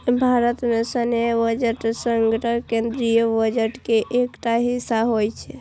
भारत मे सैन्य बजट समग्र केंद्रीय बजट के एकटा हिस्सा होइ छै